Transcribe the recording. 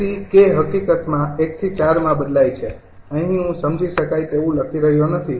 તેથી k હકીકતમાં ૧ થી ૪ માં બદલાય છે અહીં હું સમજી શકાય તેવું લખી રહ્યો નથી